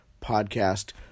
podcast